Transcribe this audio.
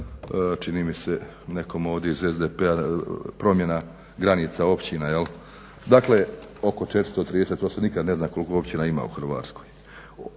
čini mi se nekom ovdje iz SDP-a promjena granica općina. Dakle oko 430, to se nikad ne zna koliko općina ima u Hrvatskoj.